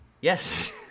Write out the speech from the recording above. yes